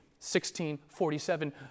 1647